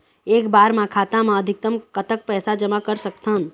एक बार मा खाता मा अधिकतम कतक पैसा जमा कर सकथन?